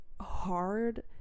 hard